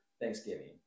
Thanksgiving